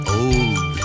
old